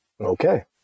Okay